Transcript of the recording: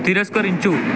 తిరస్కరించు